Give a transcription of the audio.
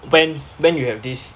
when when you have this